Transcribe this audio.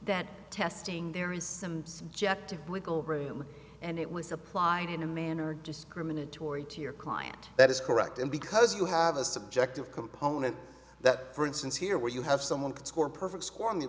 that testing there is some subjective wiggle room and it was applied in a manner discriminatory to your client that is correct and because you have a subjective component that for instance here where you have someone can score a perfect s